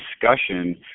discussion